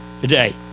today